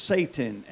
Satan